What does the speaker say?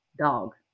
dog